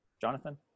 jonathan